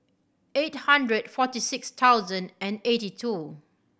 eight hundred forty six thousand and eighty two